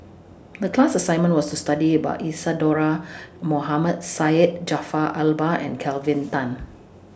The class assignment was to study about Isadhora Mohamed Syed Jaafar Albar and Kelvin Tan